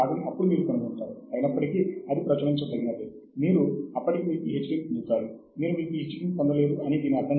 కాబట్టి సాహిత్య శోధన చేయడం చాలా ముఖ్యమైన అంశం